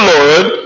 Lord